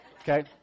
Okay